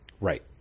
Right